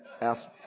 ask